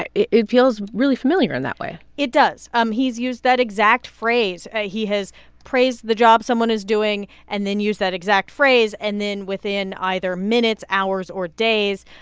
it it feels really familiar in that way it does. um he's used that exact phrase. he has praised the job someone is doing and then use that exact phrase, and then within either minutes, hours or days,